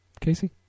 Casey